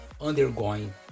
undergoing